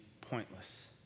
pointless